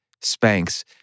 Spanx